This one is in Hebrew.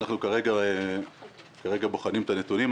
אנחנו כרגע בוחנים את הנתונים.